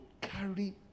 carry